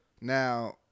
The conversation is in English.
now